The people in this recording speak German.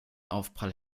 aufprall